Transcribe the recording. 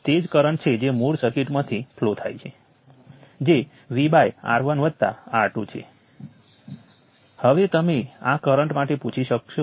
તેથી તમે સર્કિટના N માઇનસ 1 નોડ્સ ઉપર KCL સમીકરણોથી પ્રારંભ કરો છો